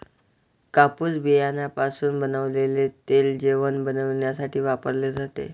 कापूस बियाण्यापासून बनवलेले तेल जेवण बनविण्यासाठी वापरले जाते